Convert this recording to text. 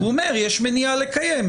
והוא אומר שיש מניעה לקיים.